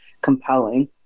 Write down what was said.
compelling